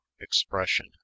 expression